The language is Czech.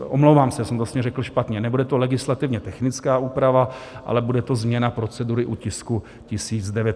Omlouvám se, já jsem to vlastně řekl špatně, nebude to legislativně technická úprava, ale bude to změna procedury u tisku 1009.